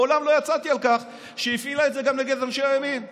מעולם לא יצאתי על כך שהיא הפעילה את זה גם נגד אנשי הימין בהפגנות.